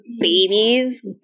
babies